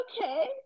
Okay